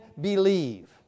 believe